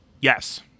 yes